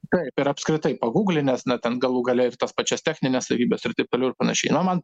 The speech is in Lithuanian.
taip ir apskritai paguglinęs na ten galų gale ir tas pačias technines savybes ir taip toliau ir panašiai man